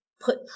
put